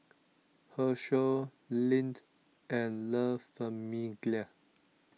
Herschel Lindt and La Famiglia